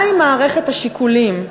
מהי מערכת השיקולים,